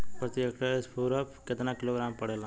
प्रति हेक्टेयर स्फूर केतना किलोग्राम पड़ेला?